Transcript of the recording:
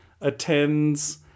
Attends